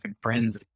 friends